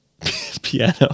Piano